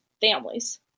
families